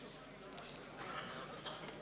חבר הכנסת יואל חסון, אתה אולי לא שם לב,